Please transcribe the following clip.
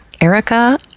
Erica